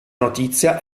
notizia